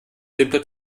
simple